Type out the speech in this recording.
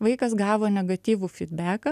vaikas gavo negatyvų fydbeką